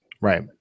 right